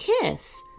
kiss